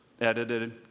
edited